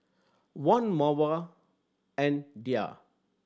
Wan Mawar and Dhia